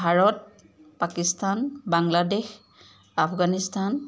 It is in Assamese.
ভাৰত পাকিস্তান বাংলাদেশ আফগানিস্থান